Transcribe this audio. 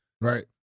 Right